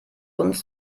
uns